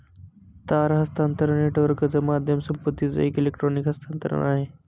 तार हस्तांतरण नेटवर्कच माध्यम संपत्तीचं एक इलेक्ट्रॉनिक हस्तांतरण आहे